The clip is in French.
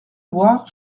boire